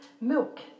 milk